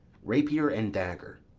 rapier and dagger.